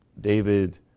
David